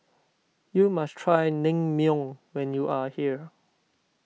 you must try Naengmyeon when you are here